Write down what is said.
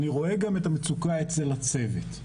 אני רואה גם את המצוקה אצל הצוות.